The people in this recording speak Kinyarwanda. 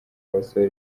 basore